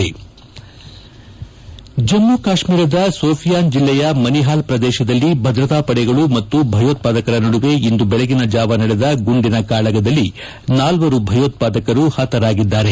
ಗಂಗಾಧರ್ ಜಮ್ಮು ಕಾಶ್ನೀರದ ಸೋಫಿಯಾನ್ ಜಿಲ್ಲೆಯ ಮನಿಹಾಲ್ ಪ್ರದೇಶದಲ್ಲಿ ಭದ್ರತಾ ಪಡೆಗಳು ಮತ್ತು ಭಯೋತ್ಪಾದಕರ ನಡುವೆ ಇಂದು ಬೆಳಗಿನ ಜಾವ ನಡೆದ ಗುಂಡಿನ ಕಾಳಗದಲ್ಲಿ ನಾಲ್ವರು ಭಯೋತ್ಪಾದಕರು ಹತರಾಗಿದ್ದಾರೆ